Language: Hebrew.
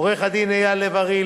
עו"ד אייל לב-ארי,